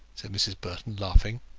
said mrs. burton, laughing.